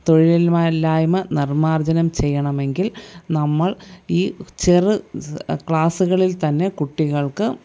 തൊഴിലില്ലായ്മ നിർമാർജനം ചെയ്യണമെങ്കിൽ നമ്മൾ ഈ ചെറു ക്ലാസ്സുകളിൽ തന്നെ കുട്ടികൾക്ക്